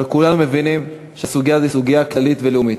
אבל כולנו מבינים שהסוגיה היא סוגיה כללית ולאומית.